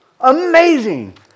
Amazing